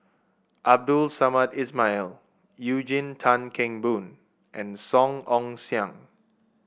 Abdul Samad Ismail Eugene Tan Kheng Boon and Song Ong Siang